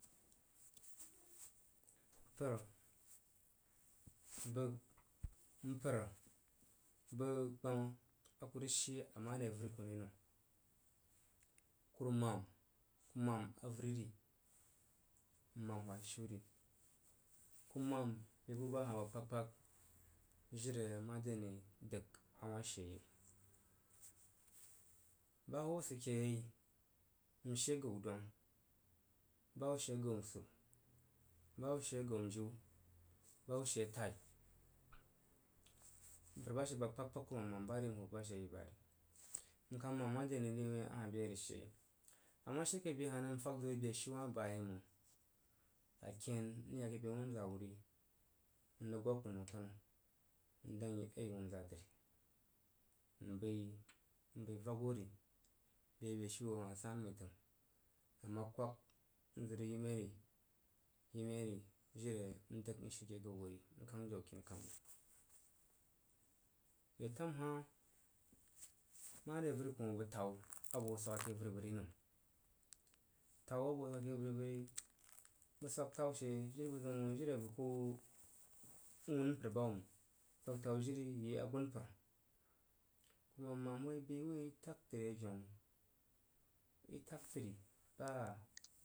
Toah bəg mpər bəg gbama a bəg rig shi a mare avəri koh ri nəm kurumam mun avəri ri n man wha shi shu yi ku mam be bu ba hoh a ba kpag-kpag jiri a mare ani dəg a wah she yei ba hub sid keyei n she gan dwang ba hub she gan nsuru ba hub gau njiu ba hub she tai mpərvba she da nəm kpaskpag kurumam, mam ba ri n hoo bu ba she she hoo ri yi ba re n kah mam mare ane wui a hah be arig she yei a ma she ke be hah ri n fag dori beshiu wab ba yei məng a ken ri rig ya ke be wun zak wuni n dang wuin ai wunza’a dri m bəi, n bəi vak wori beshiu wo a hah san məin təng a ma kwag n zig rig yi mei ri, yi mei vi jiri a n dəng n she ke be wuri jiri n kang jau kini kama wuh retam hah mare avəri koh bəg tau abəg hoo swag ake vəri bəg ri nəm tau abəg hoo suas she bəg swag tau she jiri buzəun məng jiri a bəg ku wun mpər ba hub məng bəg swag tau jiri yi agunpər kurumam, mam hoo yi bəi woi tag dri veun, i tag dri ba’a.